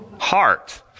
Heart